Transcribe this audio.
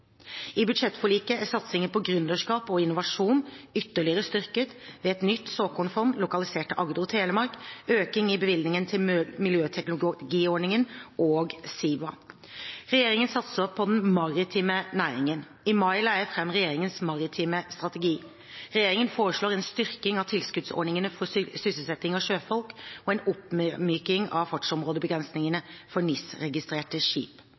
I budsjettforliket er satsingen på gründerskap og innovasjon ytterligere styrket med et nytt såkornfond lokalisert til Agder og Telemark og med økning i bevilgningen til miljøteknologiordningen og Siva. Regjeringen satser på den maritime næringen. I mai la jeg fram regjeringens maritime strategi. Regjeringen foreslår en styrking av tilskuddsordningene for sysselsetting av sjøfolk og en oppmyking av fartsområdebegrensningene for NIS-registrerte skip.